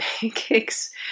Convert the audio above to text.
pancakes